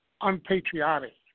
unpatriotic